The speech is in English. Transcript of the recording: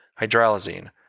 hydralazine